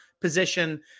position